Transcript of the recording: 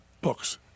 books